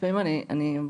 לפעמים אני מרגישה